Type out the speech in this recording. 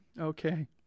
Okay